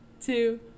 two